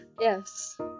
Yes